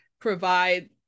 provide